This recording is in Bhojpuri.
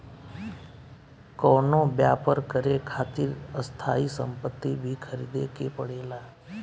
कवनो व्यापर करे खातिर स्थायी सम्पति भी ख़रीदे के पड़ेला